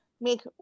make